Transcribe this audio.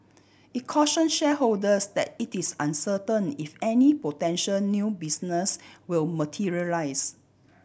it caution shareholders that it is uncertain if any potential new business will materialise